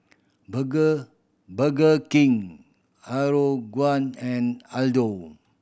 Burger Burger King Aeroguard and Aldo